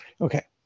Okay